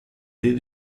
did